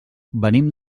venim